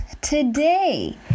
today